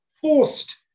forced